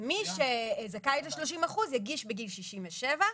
ומי שזכאי ל-30% יגיש בגיל 67,